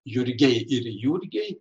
jurgiai ir jurgiai